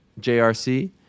JRC